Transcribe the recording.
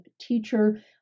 teacher